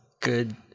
good